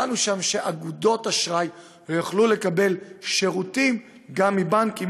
קבענו שאגודות אשראי יוכלו לקבל שירותים גם מבנקים,